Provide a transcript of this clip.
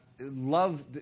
Love